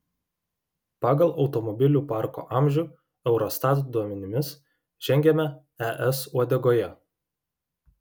pagal automobilių parko amžių eurostat duomenimis žengiame es uodegoje